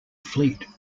fleet